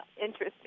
interesting